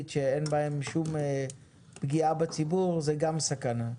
שאין בהם שום פגיעה בציבור זו גם סכנה.